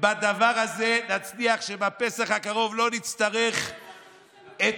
בדבר הזה נצליח שבפסח הקרוב לא נצטרך את